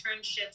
internships